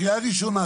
קריאה ראשונה,